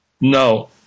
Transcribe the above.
No